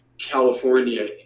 California